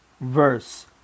verse